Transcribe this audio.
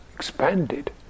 expanded